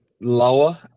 lower